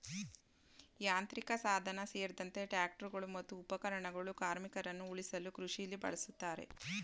ಯಾಂತ್ರಿಕಸಾಧನ ಸೇರ್ದಂತೆ ಟ್ರಾಕ್ಟರ್ಗಳು ಮತ್ತು ಉಪಕರಣಗಳು ಕಾರ್ಮಿಕರನ್ನ ಉಳಿಸಲು ಕೃಷಿಲಿ ಬಳುಸ್ತಾರೆ